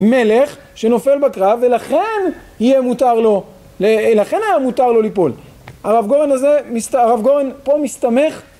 מלך שנופל בקרב ולכן היה מותר לו ליפול. הרב גורן פה מסתמך